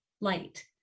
light